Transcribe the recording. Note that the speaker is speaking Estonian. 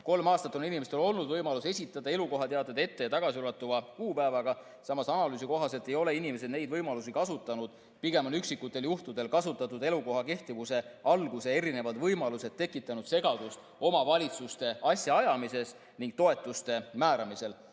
Kolm aastat on inimestel olnud võimalus esitada elukohateateid ette- ja tagasiulatuva kuupäevaga. Samas, analüüsi kohaselt ei ole inimesed neid võimalusi kasutanud. Pigem on üksikutel juhtudel kasutatud elukoha kehtivuse alguse erinevad võimalused tekitanud segadust omavalitsuste asjaajamises ning toetuste määramisel.